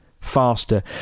faster